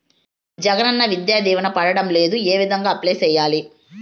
జగనన్న విద్యా దీవెన పడడం లేదు ఏ విధంగా అప్లై సేయాలి